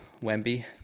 Wemby